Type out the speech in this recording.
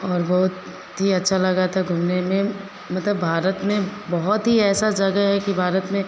और बहुत ही अच्छा लगा था घूमने में मतलब भारत में बहुत ही ऐसी जगहें है कि भारत में